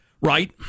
Right